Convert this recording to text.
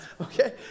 okay